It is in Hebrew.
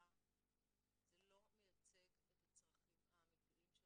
מלאה זה לא מייצג את הצרכים האמיתיים של